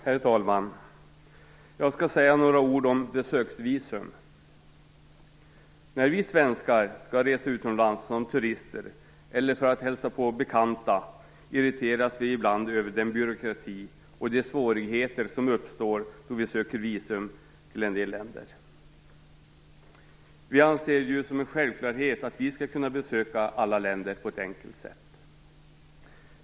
Herr talman! Jag skall säga några ord om besöksvisum. När vi svenskar skall resa utomlands som turister eller för att hälsa på bekanta irriteras vi ibland över den byråkrati och de svårigheter som uppstår då vi söker visum till en del länder. Vi anser ju det vara en självklarhet att vi skall kunna besöka alla länder på ett enkelt sätt.